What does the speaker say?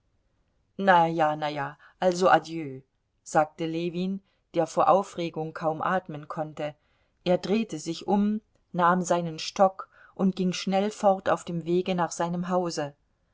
na ja na ja also adieu sagte ljewin der vor aufregung kaum atmen konnte er drehte sich um nahm seinen stock und ging schnell fort auf dem wege nach seinem hause